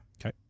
okay